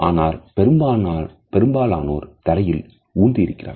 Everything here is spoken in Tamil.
ஆனால் பெரும்பாலானோர் தரையில் ஊன்றி இருக்கிறார்கள்